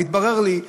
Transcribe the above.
והתברר לי,